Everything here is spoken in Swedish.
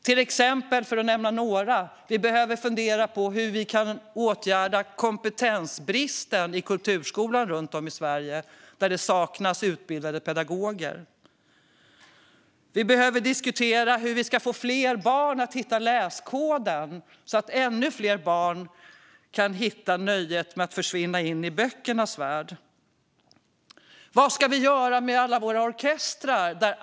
Vi behöver till exempel fundera över hur vi kan åtgärda kompetensbristen i kulturskolan runt om i Sverige där det saknas utbildade pedagoger. Vi behöver diskutera hur vi ska få fler barn att knäcka läskoden så att ännu fler barn kan hitta nöjet med att försvinna in i böckernas värld. Vad ska vi göra med alla våra orkestrar?